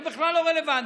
זה בכלל לא רלוונטי.